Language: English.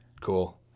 Cool